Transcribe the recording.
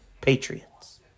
patriots